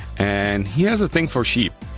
and he has a thing for sheep.